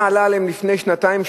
כמה עלה להם לפני שנתיים,